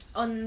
on